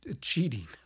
cheating